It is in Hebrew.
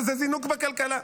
וזה זינוק בכלכלה,